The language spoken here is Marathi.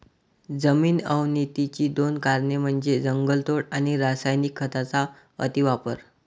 जमीन अवनतीची दोन कारणे म्हणजे जंगलतोड आणि रासायनिक खतांचा अतिवापर